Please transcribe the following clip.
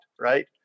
right